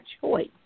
choice